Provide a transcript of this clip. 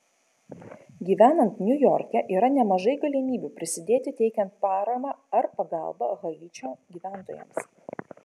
gyvenant niujorke yra nemažai galimybių prisidėti teikiant paramą ar pagalbą haičio gyventojams